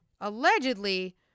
Allegedly